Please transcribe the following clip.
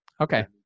Okay